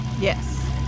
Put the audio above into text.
Yes